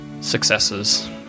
successes